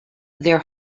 their